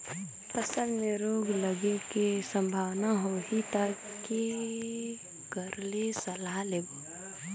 फसल मे रोग लगे के संभावना होही ता के कर ले सलाह लेबो?